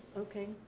okay